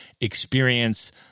experience